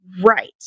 right